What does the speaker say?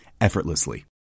effortlessly